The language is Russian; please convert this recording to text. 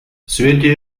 свете